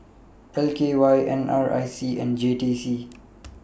L K Y N R I C and J T C